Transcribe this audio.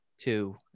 Two